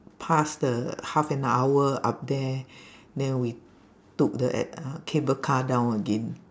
pass the half an hour up there then we took the uh cable car down again